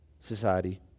society